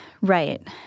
Right